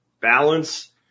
balance